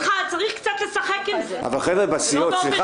צריך קצת לשחק עם זה ולא באופן שרירותי כזה.